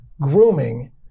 grooming